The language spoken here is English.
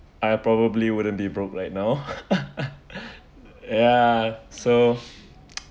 I probably wouldn't be broke right now ya so